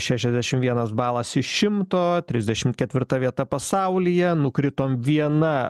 šešiasdešim vienas balas iš šimto trisdešimt ketvirta vieta pasaulyje nukritom viena